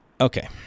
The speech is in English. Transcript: Okay